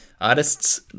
artists